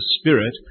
spirit